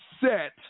set